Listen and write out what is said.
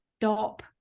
stop